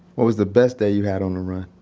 what was the best day you had on the run?